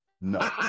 No